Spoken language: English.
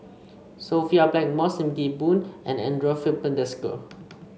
Sophia Blackmore Sim Kee Boon and Andre Filipe Desker